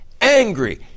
angry